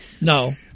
No